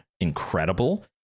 incredible